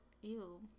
Ew